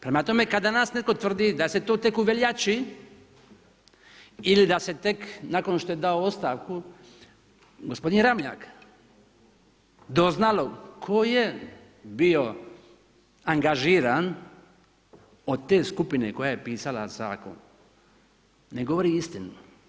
Prema tome kada nas netko tvrdi da se to tek u veljači ili da se tek nakon što je dao ostavku gospodin Ramljak, doznalo tko je bio angažiran od te skupine koja je pisala zakon, ne govori istinu.